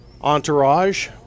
entourage